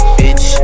bitch